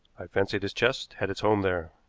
i fancy this chest had its home there.